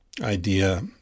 idea